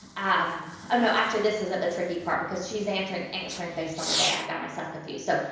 um or no, actually, this isn't the tricky part, because she's answering and answering based on the day. i got myself confused. so,